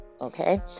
Okay